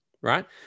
right